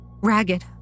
Ragged